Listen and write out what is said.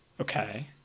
okay